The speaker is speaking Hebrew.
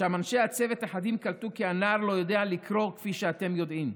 ובו אנשי צוות אחדים קלטו כי הנער לא יודע לקרוא כפי שאתם יודעים,